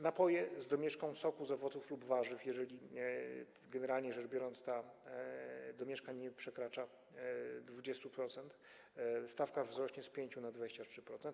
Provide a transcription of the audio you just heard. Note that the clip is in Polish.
Napoje z domieszką soku z owoców lub warzyw, jeżeli, generalnie rzecz biorąc, ta domieszka nie przekracza 20% - tu stawka wzrośnie z 5% na 23%.